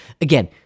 again